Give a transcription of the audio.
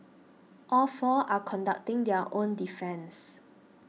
all four are conducting their own defence